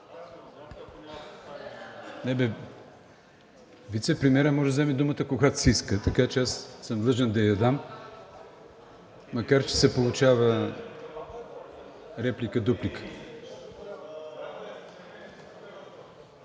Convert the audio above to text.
Вицепремиерът може да вземе думата, когато си иска, така че аз съм длъжен да я дам, макар че се получава реплика-дуплика.